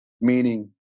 meaning